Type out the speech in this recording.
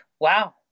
wow